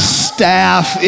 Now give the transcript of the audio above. staff